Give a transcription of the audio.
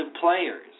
players